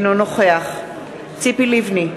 אינו נוכח ציפי לבני,